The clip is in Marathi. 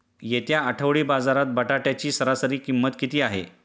येत्या आठवडी बाजारात बटाट्याची सरासरी किंमत किती आहे?